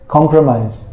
Compromise